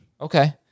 Okay